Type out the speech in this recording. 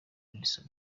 nelson